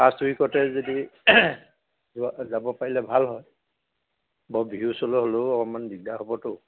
first উইকতে যদি যোৱা যাব পাৰিলে ভাল হয় বৰ বিহুৰ ওচৰলৈ হ'লেও অকণমান দিগদাৰ হ'বতো